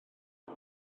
pwy